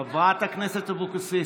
חברת הכנסת אבקסיס,